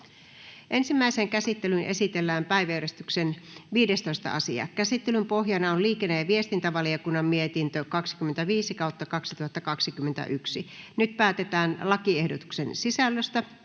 Ensimmäiseen käsittelyyn esitellään päiväjärjestyksen 18. asia. Käsittelyn pohjana on sosiaali- ja terveysvaliokunnan mietintö StVM 32/2021 vp. Nyt päätetään lakiehdotuksen sisällöstä.